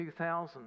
2000